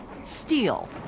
steal